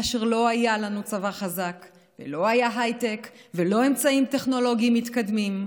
כאשר לא היה לנו צבא חזק ולא היה הייטק ולא אמצעים טכנולוגיים מתקדמים.